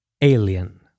alien